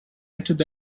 entered